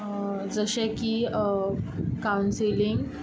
जशें की कावंसिलींग